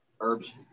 herbs